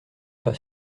pas